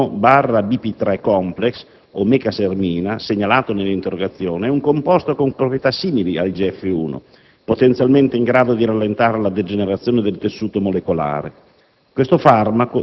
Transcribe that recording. L'IGF-1/BP3 complex (o mecasermina), segnalato nell'interrogazione, è un composto con proprietà simili all'IGF-1, potenzialmente in grado di rallentare la degenerazione del tessuto molecolare: